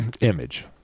image